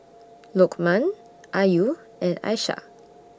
Lukman Ayu and Aishah